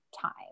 time